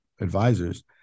advisors